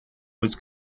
was